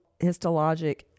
histologic